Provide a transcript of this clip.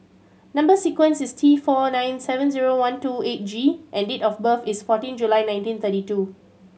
number sequence is T four nine seven zero one two eight G and date of birth is fourteen July nineteen thirty two